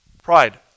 Pride